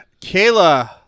Kayla